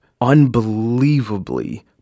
unbelievably